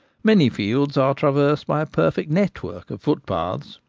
many fields are traversed by a perfect network of footpaths,